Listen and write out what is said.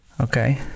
Okay